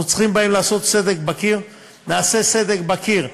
אנחנו צריכים לעשות סדק בקיר, נעשה סדק בקיר.